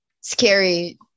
Scary